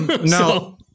no